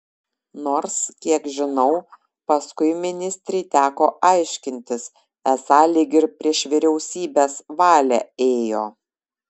nors kiek žinau paskui ministrei teko aiškintis esą lyg ir prieš vyriausybės valią ėjo